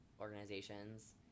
organizations